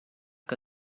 que